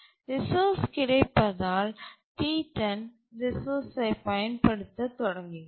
resource கிடைப்பதால் T10 ரிசோர்ஸ்சை பயன்படுத்தத் தொடங்குகிறது